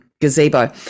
gazebo